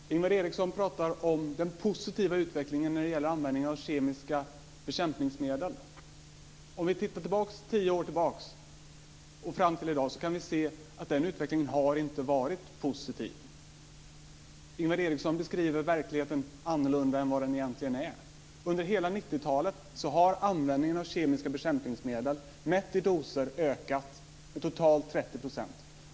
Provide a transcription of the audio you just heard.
Fru talman! Ingvar Eriksson talar om den positiva utvecklingen när det gäller användningen av kemiska bekämpningsmedel. När vi tittar tio år tillbaka och fram till i dag kan vi se att den utvecklingen inte har varit positiv. Ingvar Eriksson beskriver verkligheten annorlunda än vad den egentligen är. Under hela 90-talet har användningen av kemiska bekämpningsmedel, mätt i doser, ökat med totalt 30 %.